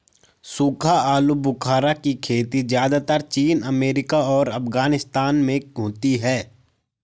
सूखा आलूबुखारा की खेती ज़्यादातर चीन अमेरिका और अफगानिस्तान में होती है